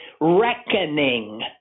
reckoning